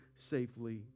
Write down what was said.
safely